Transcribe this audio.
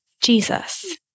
Jesus